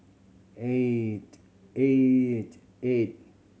eight eight eight